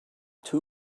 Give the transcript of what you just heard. two